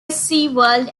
seaworld